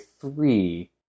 three